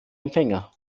empfänger